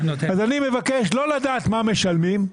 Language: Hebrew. אז אני מבקש לא לדעת מה משלמים,